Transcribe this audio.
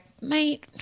Mate